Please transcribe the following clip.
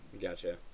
Gotcha